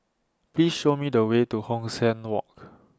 Please Show Me The Way to Hong San Walk